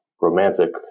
romantic